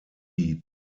die